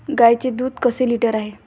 गाईचे दूध कसे लिटर आहे?